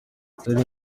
israel